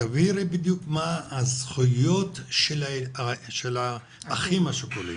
תבהירי בדיוק מה הזכויות של האחים השכולים.